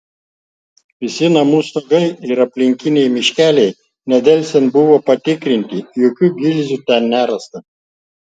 visi namų stogai ir aplinkiniai miškeliai nedelsiant buvo patikrinti jokių gilzių ten nerasta